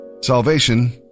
Salvation